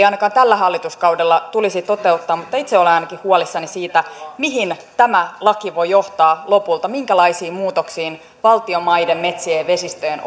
ainakaan tällä hallituskaudella tulisi toteuttaa mutta itse olen ainakin huolissani siitä mihin tämä laki voi johtaa lopulta minkälaisiin muutoksiin valtion maiden metsien ja vesistöjen